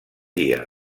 dia